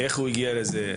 איך הוא הגיע לזה?